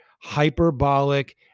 hyperbolic